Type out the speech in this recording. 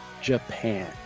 Japan